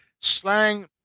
slang